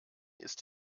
ist